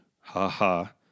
ha-ha